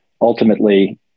ultimately